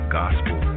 gospel